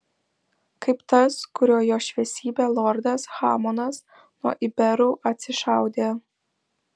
kaip tas kuriuo jo šviesybė lordas hamonas nuo iberų atsišaudė